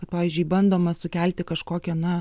kad pavyzdžiui bandoma sukelti kažkokią na